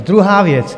Druhá věc.